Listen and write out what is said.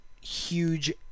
huge